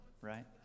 right